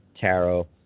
tarot